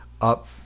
up